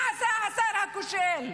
מה עשה השר הכושל?